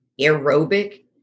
aerobic